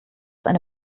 eine